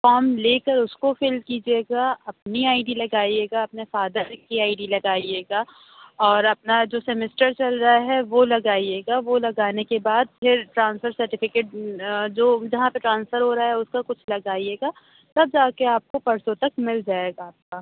فام لے کر اُس کو فل کیجیے گا اپنی آئی ڈی لگائیے گا اپنے فادر کی آئی ڈی لگائیے گا اور اپنا جو سیمسٹر چل رہا ہے وہ لگائیے گا وہ لگانے کے بعد پھر ٹرانسفر سرٹیفیکیٹ جو جہاں پر ٹراسفر ہو رہا ہے اُس کا کچھ لگائیے گا تب جا کے آپ کو پرسوں تک مل جائے گا آپ کا